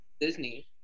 Disney